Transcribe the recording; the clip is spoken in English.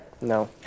No